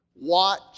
Watch